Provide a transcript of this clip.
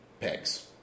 pegs